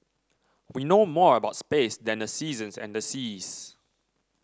we know more about space than the seasons and the seas